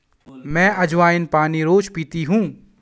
मैं अज्वाइन पानी रोज़ पीती हूँ